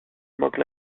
manque